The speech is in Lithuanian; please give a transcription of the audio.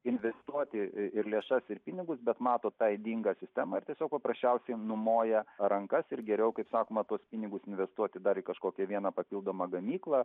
investuoti ir lėšas ir pinigus bet mato tą ydingą sistemą ir tiesiog paprasčiausiai numoja rankas ir geriau kaip sakoma tuos pinigus investuoti dar į kažkokią vieną papildomą gamyklą